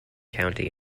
county